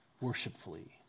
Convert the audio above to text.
worshipfully